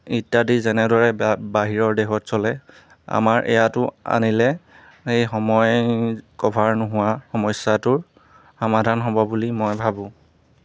ইত্যাদি যেনেদৰে বাহিৰৰ দেশত চলে আমাৰ ইয়াতো আনিলে এই সময় কভাৰ নোহোৱাৰ সমস্যাটো সমাধান হ'ব বুলি মই ভাবোঁ